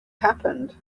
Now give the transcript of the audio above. happened